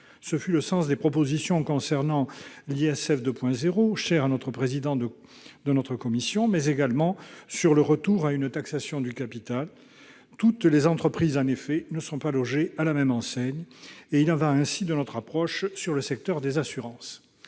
Ce fut le sens des propositions concernant l'ISF 2.0, cher au président de la commission des finances, ou le retour à une taxation du capital. Toutes les entreprises ne sont pas logées à la même enseigne. Il en va ainsi de notre approche sur le secteur des assurances.